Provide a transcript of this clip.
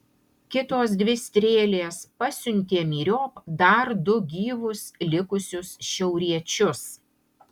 kitos dvi strėlės pasiuntė myriop dar du gyvus likusius šiauriečius